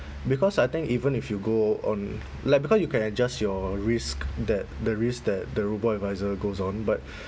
because I think even if you go on like because you can adjust your risk that the risk that the robo-advisor goes on but